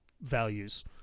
values